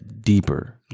deeper